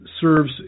serves